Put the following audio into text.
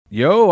yo